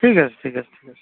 ঠিক আছে ঠিক আছে ঠিক আছে